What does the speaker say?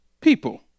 people